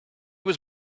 was